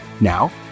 Now